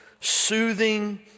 soothing